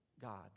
God